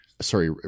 sorry